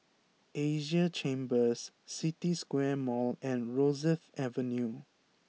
Asia Chambers City Square Mall and Rosyth Avenue